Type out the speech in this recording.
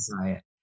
diet